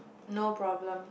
no problem